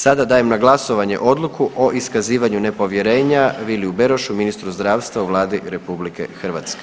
Sada dajem na glasovanje Odluku o iskazivanju nepovjerenja Viliju Berošu ministru zdravstva u Vladi RH.